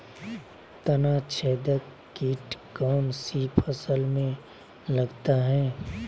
तनाछेदक किट कौन सी फसल में लगता है?